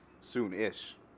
soon-ish